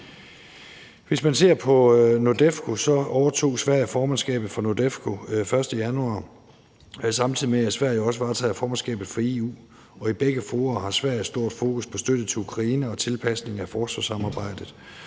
sige, at Sverige overtog formandskabet for NORDEFCO den 1. januar, samtidig med at Sverige også varetager formandskabet for EU. I begge fora har Sverige stort fokus på støtte til Ukraine og tilpasning af forsvarssamarbejdet.